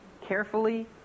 carefully